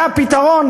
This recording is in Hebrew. זה הפתרון?